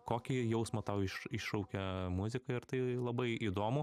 kokį jausmą tau iš iššaukia muzika ir tai labai įdomu